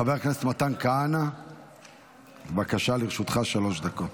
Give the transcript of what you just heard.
חבר הכנסת מתן כהנא, בבקשה, לרשותך שלוש דקות.